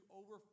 over